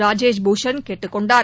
ராஜேஷ் பூஷண் கேட்டுக் கொண்டார்